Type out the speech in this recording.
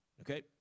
Okay